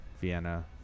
Vienna